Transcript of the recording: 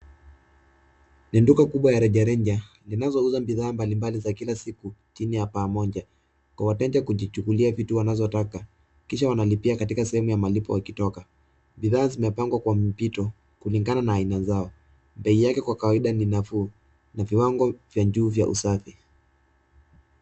Duka la rejareja linalouza bidhaaa kila siku chini ya pamoja kwa wateja kujichukulia wanazotaka kisha wanalipia katika sehemu ya malipo wakitoka. Bidhaa zimepangwa kwa mbito kulingana na aina zao. Bei Yake kwa kawaida ni nafuu na viwango vya juu vya usafi.